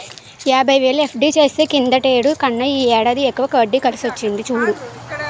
యాబైవేలు ఎఫ్.డి చేస్తే కిందటేడు కన్నా ఈ ఏడాది ఎక్కువ వడ్డి కలిసింది చూడు